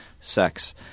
sex